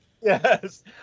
Yes